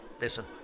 listen